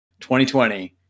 2020